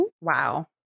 Wow